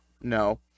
no